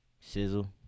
Sizzle